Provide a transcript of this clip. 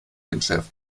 entschärft